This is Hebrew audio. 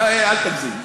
אל תגזים.